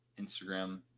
Instagram